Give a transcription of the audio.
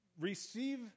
receive